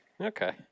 okay